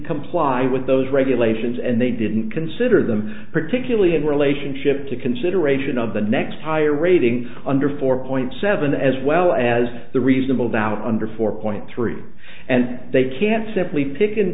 comply with those regulations and they didn't consider them particularly in relationship to consideration of the next higher rating under four point seven as well as the reasonable doubt under four point three and they can't simply pick and